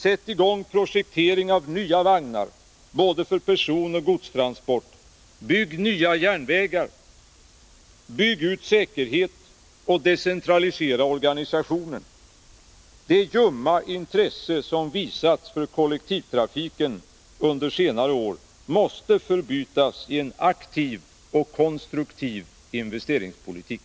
Sätt i gång projektering av nya vagnar, för både personoch godstransport! Bygg nya järnvägar! Bygg ut säkerheten och decentralisera organisationen! Det ljumma intresse som visats för kollektivtrafiken under senare år måste förbytas i en aktiv och konstruktiv investeringspolitik.